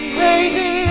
crazy